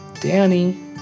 Danny